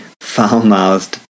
foul-mouthed